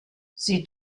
sie